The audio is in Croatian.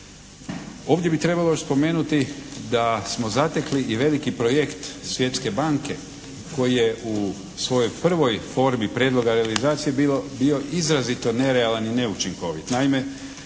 Ovdje bi trebalo još spomenuti da smo zatekli i veliki projekt Svjetske banke koji je u svojoj prvoj formi prijedloga realizacije bio izrazito nerealan i neučinkovit.